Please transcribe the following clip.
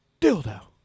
Dildo